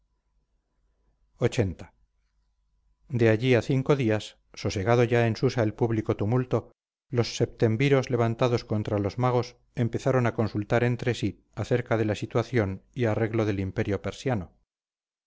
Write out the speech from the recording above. lxxx de allí a cinco días sosegado ya en susa el público tumulto los septemviros levantados contra los magos empezaron a consultar entre sí acerca de la situación y arreglo del imperio persiano